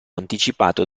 anticipato